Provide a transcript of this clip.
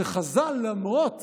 שחז"ל, למרות